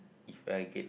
If I get